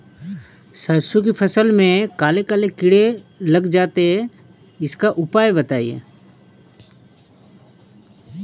सरसो की फसल में काले काले कीड़े लग जाते इसका उपाय बताएं?